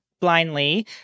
blindly